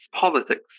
politics